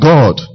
God